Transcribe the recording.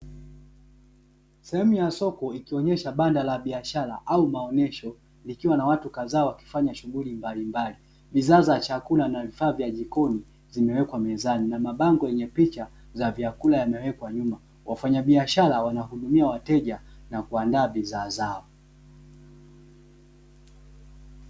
Sehemu ya soko ikionyesha banda la biashara au maonyesho, likiwa na watu kadhaa wakifanya shughuli mbalimbali. Bidhaa za chakula na vifaa vya jikoni zimewekwa mezani, na mabango yenye picha za vyakula yamewekwa nyuma. Wafanyabiashara wanahudumia wateja na kuandaa bidhaa zao.